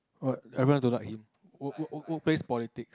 what everyone don't like him what what what what basic politics